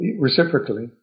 Reciprocally